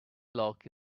lock